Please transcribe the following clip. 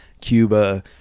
Cuba